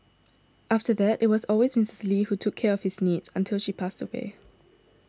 after that it was always Mistress Lee who took care of his needs until she passed away